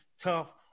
tough